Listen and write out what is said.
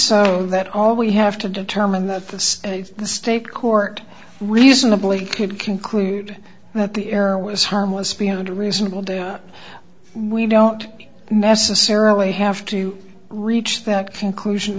so that all we have to determine that the state the state court reasonably could conclude that the error was harmless beyond a reasonable doubt we don't necessarily have to reach that conclusion